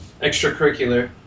extracurricular